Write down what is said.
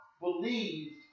believed